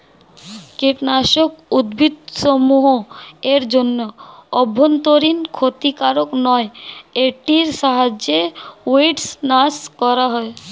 কীটনাশক উদ্ভিদসমূহ এর জন্য অভ্যন্তরীন ক্ষতিকারক নয় এটির সাহায্যে উইড্স নাস করা হয়